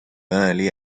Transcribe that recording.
early